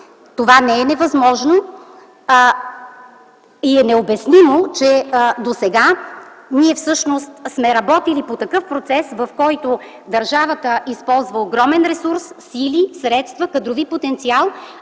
Това не е невъзможно и е необяснимо, че досега ние всъщност сме работили по такъв процес, в който държавата използва огромен ресурс или средства, кадрови потенциал,